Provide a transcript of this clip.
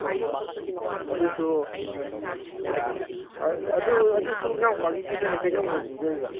ꯍꯣꯏ ꯍꯣꯏ ꯑꯗꯨꯁꯨ ꯍꯣꯏ ꯍꯣꯏ ꯑꯗꯨꯁꯨ ꯏꯅꯥꯎꯄꯥꯒꯤꯁꯤꯁꯨ ꯑꯗꯨꯝ ꯀꯩꯅꯣ ꯑꯣꯏꯕꯤꯗꯣꯏꯕ